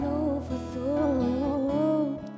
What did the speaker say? overthrown